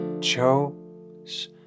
chose